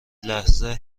لحظه